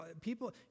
people